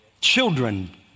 Children